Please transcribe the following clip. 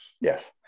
Yes